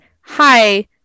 hi